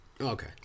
Okay